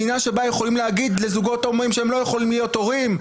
מדינה שבה יכולים להגיד לזוגות הומואים שהם לא יכולים להיות הורים?